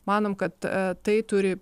manom kad tai turi